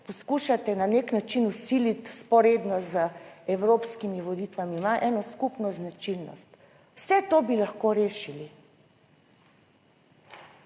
poskušate na nek način vsiliti vzporedno z evropskimi volitvami, imajo eno skupno značilnost: vse to bi lahko rešili.